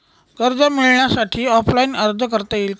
कर्ज मिळण्यासाठी ऑफलाईन अर्ज करता येईल का?